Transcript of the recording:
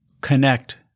connect